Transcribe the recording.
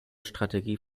strategie